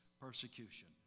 persecution